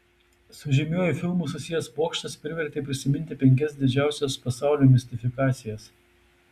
su žymiuoju filmu susijęs pokštas privertė prisiminti penkias didžiausias pasaulio mistifikacijas